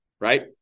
Right